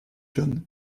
john